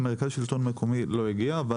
למרכז השלטון המקומי, לא הגיעו